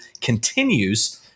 continues